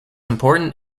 important